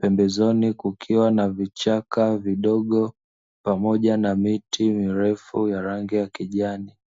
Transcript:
pembezoni kukiwa na vichaka vidogo pamoja na miti mirefu ya rangi ya kijani.